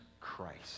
Christ